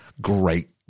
Great